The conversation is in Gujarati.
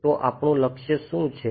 તો આપણું લક્ષ્ય શું છે